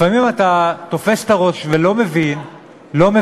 לפעמים אתה תופס את הראש ולא מבין למה,